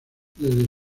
desde